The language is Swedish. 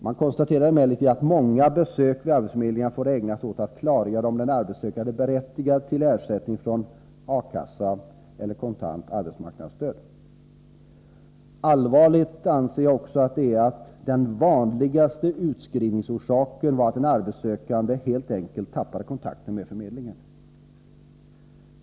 Man konstaterade emellertid att många besök vid arbetsförmedlingen får ägnas åt att klargöra om den arbetssökande är berättigad till ersättning från arbetslöshetskassa eller kontant arbetsmarknadsstöd. Allvarligt anser jag också att det är att den vanligaste utskrivningsorsaken var att den arbetssökande helt enkelt tappade kontakten med förmedlingen.